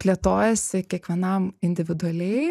plėtojasi kiekvienam individualiai